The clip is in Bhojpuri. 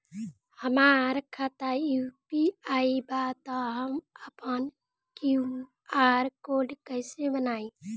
हमार खाता यू.पी.आई बा त हम आपन क्यू.आर कोड कैसे बनाई?